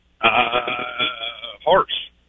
Horse